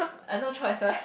I've no choice what